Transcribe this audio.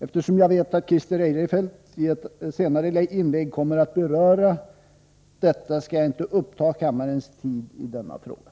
Eftersom jag vet att Christer Eirefelt i ett senare inlägg kommer att beröra detta skall jag inte uppta kammarens tid i denna fråga.